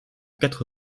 quatre